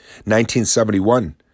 1971